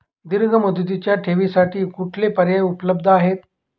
दीर्घ मुदतीच्या ठेवींसाठी कुठले पर्याय उपलब्ध आहेत?